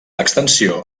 extensió